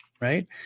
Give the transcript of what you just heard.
right